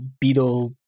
beetle